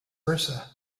versa